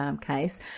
case